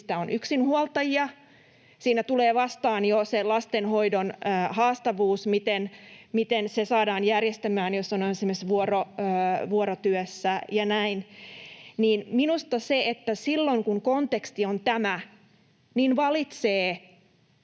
ihmisistä ovat yksinhuoltajia — siinä tulee vastaan jo se lastenhoidon haastavuus, miten se saadaan järjestymään, jos on esimerkiksi vuorotyössä ja näin. Minusta silloin, kun konteksti on tämä, se, että valitsee